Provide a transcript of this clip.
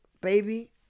baby